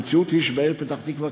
המציאות היא שבעיר פתח-תקווה,